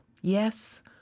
Yes